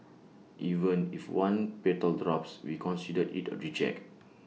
even if one petal drops we consider IT A reject